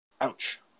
Ouch